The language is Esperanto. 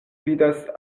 vidas